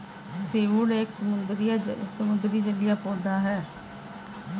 seaweed एक समुद्री जलीय पौधा है